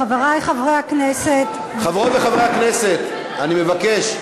חברי חברי הכנסת, חברות וחברי הכנסת, אני מבקש.